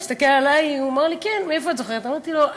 הוא הסתכל עלי, אמר לי: כן, מאיפה את זוכרת אותי?